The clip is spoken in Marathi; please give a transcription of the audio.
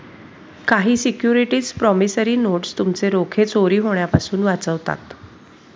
काही सिक्युरिटीज प्रॉमिसरी नोटस तुमचे रोखे चोरी होण्यापासून वाचवतात